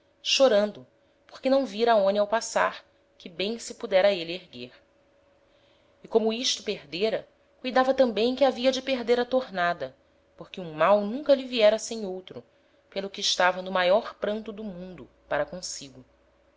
chorando porque não vira aonia ao passar que bem se pudera êle erguer e como isto perdêra cuidava tambem que havia de perder a tornada porque um mal nunca lhe viera sem outro pelo que estava no maior pranto do mundo para consigo